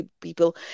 people